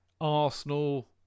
Arsenal